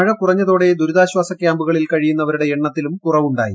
മഴ കുറഞ്ഞതോടെ ദുരിതാശ്വാസ ക്യാമ്പുകളിൽ കഴിയുന്നവരുടെ എണ്ണത്തിലും കുറവുണ്ടായി